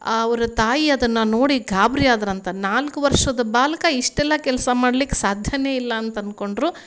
ಅವ್ರ ತಾಯಿ ಅದನ್ನು ನೋಡಿ ಗಾಬರಿ ಆದ್ರಂತೆ ನಾಲ್ಕು ವರ್ಷದ ಬಾಲಕ ಇಷ್ಟೆಲ್ಲ ಕೆಲಸ ಮಾಡ್ಲಿಕ್ಕೆ ಸಾಧ್ಯವೇ ಇಲ್ಲ ಅಂತ ಅಂದ್ಕೊಂಡ್ರು